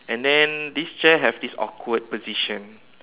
and then this chair have this awkward position